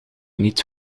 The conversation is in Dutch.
niet